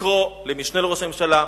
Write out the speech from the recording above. לקרוא למשנה לראש הממשלה,